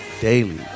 daily